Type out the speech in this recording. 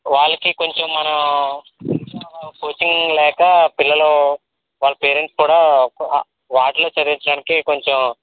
వాళ్ళకి కొంచెం మనం కోచింగ్ లేక పిల్లలు వాళ్ళ పేరెంట్స్ వాటిలో చదివించడానికి కొంచెం